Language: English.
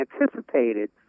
anticipated